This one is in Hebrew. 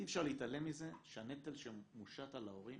אי אפשר להתעלם מזה שהנטל שמושת על ההורים